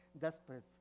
desperate